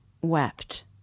wept